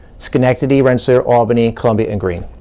schenectady, rensselaer, albany, columbia, and greene.